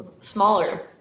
smaller